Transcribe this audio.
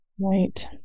Right